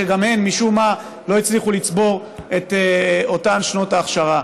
שגם הן משום מה לא הצליחו לצבור את אותן שנות האכשרה.